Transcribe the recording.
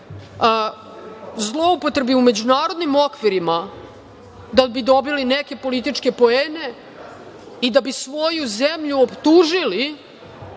zloupotrebi u međunarodnim okvirima da bi dobili neke političke poene i da bi svoju zemlju optužili,